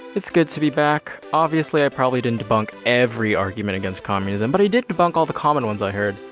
it's good to be back. obviously i probably didn't debunk every argument against communism, but i did debunk all the common ones i heard.